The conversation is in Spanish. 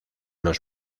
los